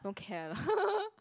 don't care lah